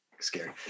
scary